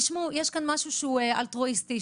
יש פה משהו אלטרואיסטי,